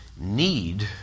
need